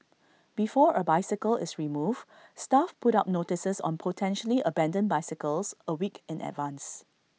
before A bicycle is removed staff put up notices on potentially abandoned bicycles A week in advance